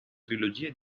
trilogia